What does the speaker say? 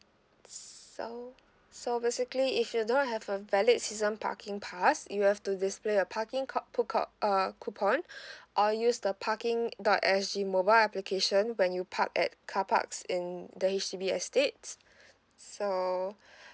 so so basically if you don't have a valid season parking pass you have to display a parking co~ pouco~ uh coupon or use the parking dot S G mobile application when you park at carparks in the H_D_B estates so